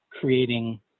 creating